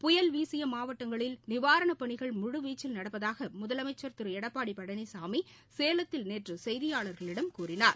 புயல் வீசியமாவட்டங்களில் நிவாரணப் பணிகள் முழுவீச்சில் நடப்பதாகமுதலமைச்சர் திருளடப்பாடிபழனிசாமி சேலத்தில் நேற்றுசெய்தியாளர்களிடம் கூறினார்